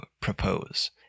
propose